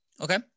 Okay